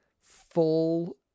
full